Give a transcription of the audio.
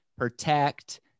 Protect